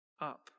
up